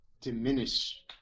diminish